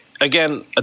again